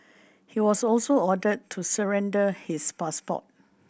he was also ordered to surrender his passport